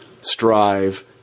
strive